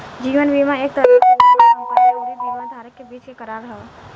जीवन बीमा एक तरह के बीमा कंपनी अउरी बीमा धारक के बीच के करार ह